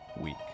week